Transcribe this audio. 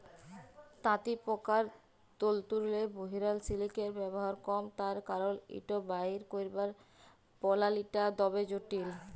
তাঁতিপকার তল্তুরলে বহিরাল সিলিকের ব্যাভার কম তার কারল ইট বাইর ক্যইরবার পলালিটা দমে জটিল